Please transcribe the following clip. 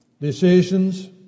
decisions